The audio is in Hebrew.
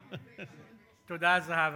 תודה, זהבה.